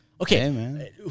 Okay